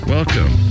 Welcome